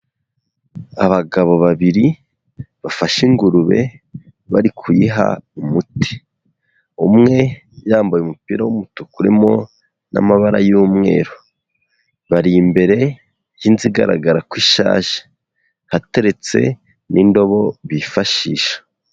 Abagabo babiri bafashe ingurube bari kuyiha umuti, umwe yambaye umupira w'umutuku urimo n'amabara y'umweru, bari imbere y'inzu igaragara ko ishaje hateretse n'indobo bifashisha.